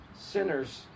sinners